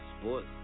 Sports